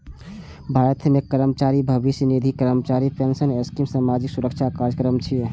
भारत मे कर्मचारी भविष्य निधि, कर्मचारी पेंशन स्कीम सामाजिक सुरक्षा कार्यक्रम छियै